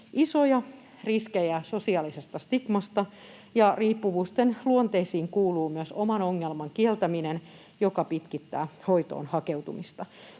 isoja riskejä sosiaalisesta stigmasta, ja riippuvuuksien luonteisiin kuuluu myös oman ongelman kieltäminen, joka pitkittää hoitoon hakeutumista.